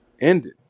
ended